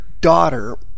daughter